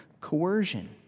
Coercion